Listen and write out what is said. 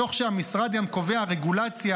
תוך שהמשרד גם קובע רגולציה,